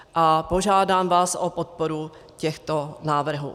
A požádám vás o podporu těchto návrhů.